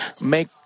make